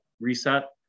reset